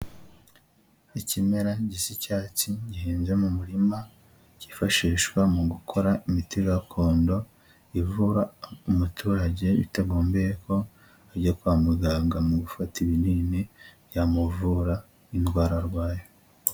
Ikimera gisa icyatsi gihinze mu murima, cyifashishwa mu gukora imiti gakondo, ivura umuturage bitagombeye ko ajya kwa muganga mu gufata ibinini byamuvura indwara arwaye.